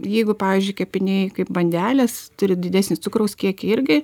jeigu pavyzdžiui kepiniai kaip bandelės turi didesnį cukraus kiekį irgi